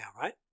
right